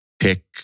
pick